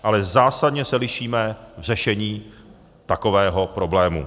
Ale zásadně se lišíme v řešení takového problému.